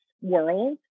world